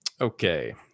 Okay